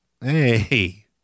Hey